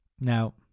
now